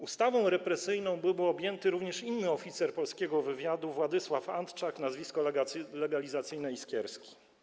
Ustawą represyjną byłby objęty również inny oficer polskiego wywiadu, Wieńczysław Antczak, nazwisko legalizacyjne: Iskierski.